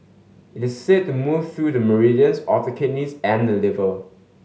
it is said to move through the meridians of the kidneys and liver